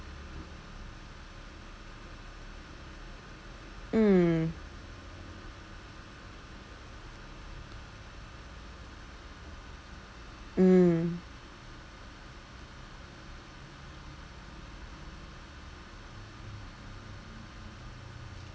mm mm